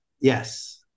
Yes